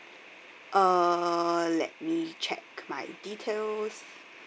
uh let me check my details